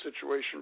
situation